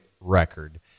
record